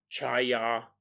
Chaya